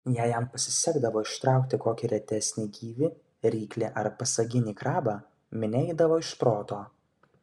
jei jam pasisekdavo ištraukti kokį retesnį gyvį ryklį ar pasaginį krabą minia eidavo iš proto